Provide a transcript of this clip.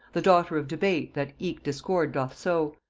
the daughter of debate that eke discord doth sow,